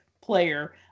player